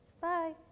Bye